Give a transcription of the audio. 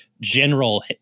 general